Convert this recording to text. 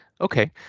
Okay